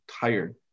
tired